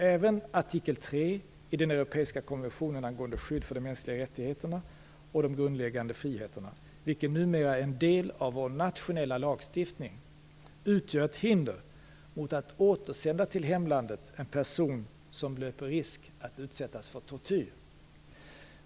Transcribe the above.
Även artikel 3 i den europeiska konventionen angående skydd för de mänskliga rättigheterna och de grundläggande friheterna, vilken numera är en del av vår nationella lagstiftning, utgör hinder mot att återsända till hemlandet en person som löper risk att utsättas för tortyr.